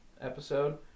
episode